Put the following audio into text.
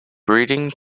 breeding